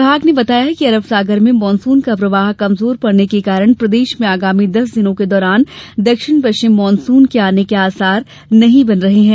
विमाग ने बताया कि अरब सागर में मॉनसून का प्रवाह कमजोर पड़ने के कारण प्रदेश में आगामी दस दिनों के दौरान दक्षिण पश्चिम मॉनसून के आने के आसार नहीं बन रहें हैं